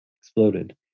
exploded